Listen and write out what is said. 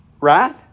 Right